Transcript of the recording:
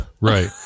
Right